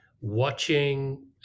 watching